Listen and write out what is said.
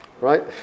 right